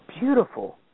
beautiful